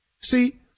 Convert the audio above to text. see